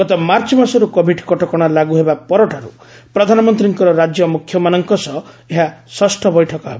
ଗତ ମାର୍ଚ୍ଚ ମାସର୍ଚ କୋଭିଡ କଟକଶା ଲାଗ୍ରହେବା ପରଠାର୍ ପ୍ରଧାନମନ୍ତ୍ରୀଙ୍କର ରାଜ୍ୟ ମୁଖ୍ୟମାନଙ୍କ ସହ ଏହା ଷଷ୍ଠ ବୈଠକ ହେବ